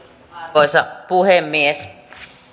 arvoisa puhemies